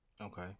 Okay